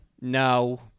no